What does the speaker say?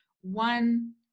one